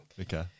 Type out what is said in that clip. Okay